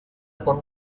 con